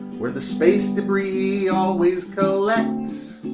where the space debris always collects.